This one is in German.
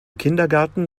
kindergarten